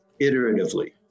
iteratively